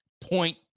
point